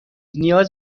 نیاز